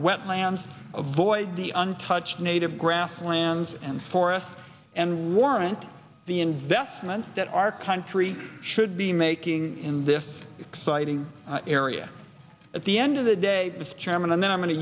it lands avoid the untouched native grasslands and forests and warrant the investments that our country should be making in this exciting area at the end of the day chairman and then i'm going to